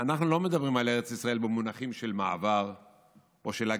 אנחנו לא מדברים על ארץ ישראל במונחים של מעבר או של הגירה,